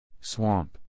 Swamp